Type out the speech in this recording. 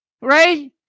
right